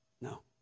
No